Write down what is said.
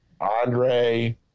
Andre